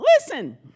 Listen